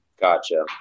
Gotcha